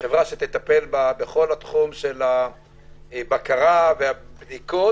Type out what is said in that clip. שתטפל בכל התחום של הבקרה והבדיקות,